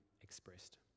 expressed